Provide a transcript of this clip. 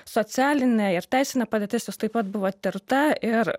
socialinė ir teisinė padėtis jos taip pat buvo tirta ir